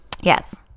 Yes